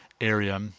area